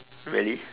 really